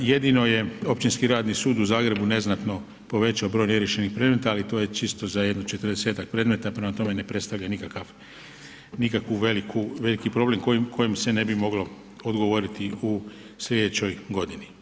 Jedino je Općinski radni sud u Zagrebu neznatno povećao broj neriješenih predmeta, ali to je čisto za jedno 40-tak predmeta prema tome ne predstavlja nikakav, nikakvu veliku, veliki problem kojemu se ne bi moglo odgovoriti u slijedećoj godini.